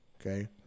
okay